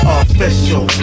official